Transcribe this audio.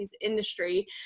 industry